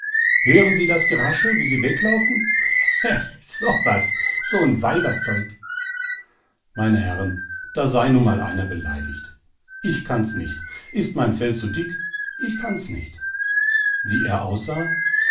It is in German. hören sie das geraschel wie sie weglaufen hä hä was so'n weiberzeug meine herren da sei nun mal einer beleidigt ich kann's nicht ist mein fell zu dick ich kann's nicht wie er aussah